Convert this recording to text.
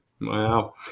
wow